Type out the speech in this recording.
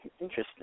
interesting